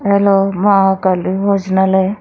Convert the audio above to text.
hello Mahakali Bhojanalaya